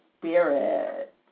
spirit